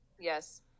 Yes